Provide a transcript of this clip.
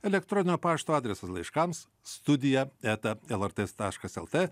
elektroninio pašto adresas laiškams studija eta lrt taškas lt